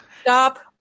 Stop